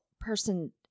person